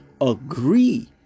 agree